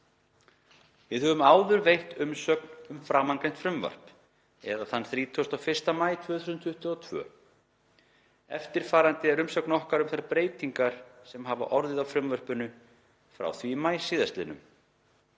Við höfum áður veitt umsögn um framangreint frumvarp, eða þann 31. maí, 2022. Eftirfarandi er umsögn okkar um þær breytingar sem hafa orðið á frumvarpinu frá því í maí síðastliðnum.